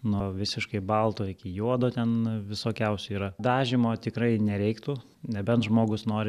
nuo visiškai balto iki juodo ten visokiausių yra dažymo tikrai nereiktų nebent žmogus nori